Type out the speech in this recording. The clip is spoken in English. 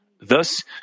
Thus